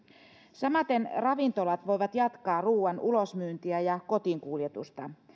samaten ravintolat voivat jatkaa ruuan ulosmyyntiä ja kotiinkuljetusta